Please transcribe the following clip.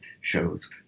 shows